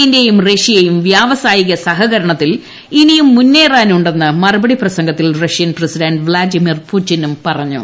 ഇന്ത്യയും റഷ്യയും വ്യാവസായിക സഹകരണത്തിൽ ഇനിയും മുന്നേറാനുണ്ടെന്ന് മറുപടി പ്രസംഗത്തിൽ റഷ്യൻ പ്രസിഡന്റ് വ്ളാഡിമിർ പുടിൻ പറഞ്ഞു